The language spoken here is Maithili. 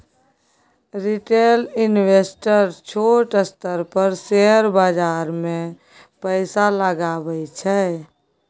रिटेल इंवेस्टर छोट स्तर पर शेयर बाजार मे पैसा लगबै छै